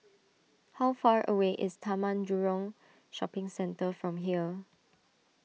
how far away is Taman Jurong Shopping Centre from here